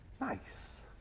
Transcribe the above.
nice